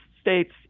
states